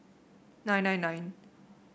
nine nine nine